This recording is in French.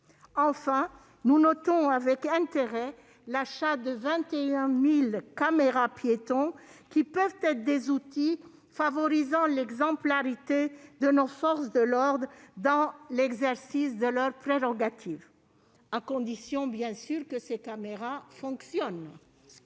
Enfin, nous notons avec intérêt l'achat de 21 000 caméras-piétons, qui peuvent être des outils favorisant l'exemplarité de nos forces de l'ordre dans l'exercice de leurs prérogatives, à condition, bien sûr, qu'elles fonctionnent.